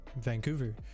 Vancouver